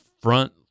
front